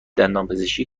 دندانپزشکی